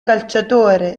calciatore